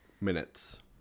minutes